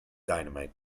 dynamite